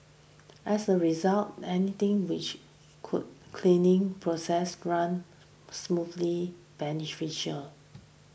as a result anything which could cleaning process run smoothly beneficial